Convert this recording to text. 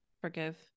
forgive